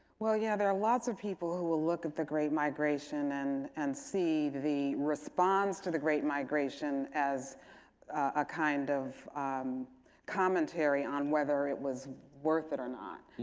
well, yeah. there are lots of people who will look at the great migration and and see the response to the great migration as a kind of um commentary on whether it was worth it or not.